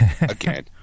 Again